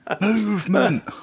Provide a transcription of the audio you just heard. Movement